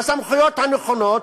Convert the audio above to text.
בסמכויות הנכונות,